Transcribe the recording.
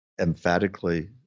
emphatically